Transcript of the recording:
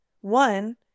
One